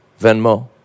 Venmo